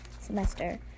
semester